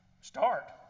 Start